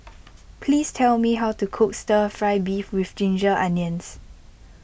please tell me how to cook Stir Fry Beef with Ginger Onions